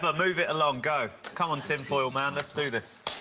but move it along. go. come on, tinfoil man, let's do this.